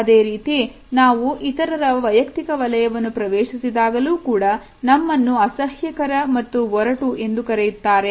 ಅದೇರೀತಿ ನಾವು ಇತರರ ವೈಯಕ್ತಿಕ ವಲಯವನ್ನು ಪ್ರವೇಶಿಸಿದಾಗಲೂ ಕೂಡ ನಮ್ಮನ್ನು ಅಸಹ್ಯಕರ ಮತ್ತು ಒರಟು ಎಂದು ಕರೆಯುತ್ತಾರೆ